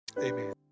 Amen